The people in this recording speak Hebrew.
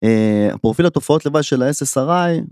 פרופיל התופעות לוואי של ה-SSRI.